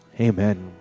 Amen